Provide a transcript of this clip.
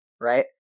right